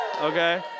Okay